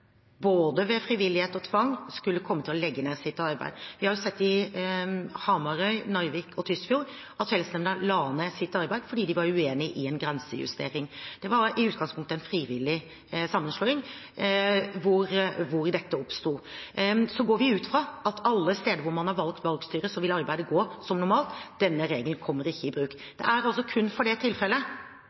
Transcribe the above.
både ved frivillighet og ved tvang – skulle komme til å legge ned sitt arbeid. Vi har jo sett det i Hamarøy, Narvik og Tysfjord at fellesnemnda la ned sitt arbeid fordi de var uenig i en grensejustering. Det var i utgangspunktet en frivillig sammenslåing der dette oppsto. Vi går ut fra at på alle steder hvor man har valgt valgstyre, vil arbeidet gå som normalt. Denne regelen kommer ikke i bruk. Det er altså kun for det tilfellet